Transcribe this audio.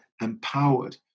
empowered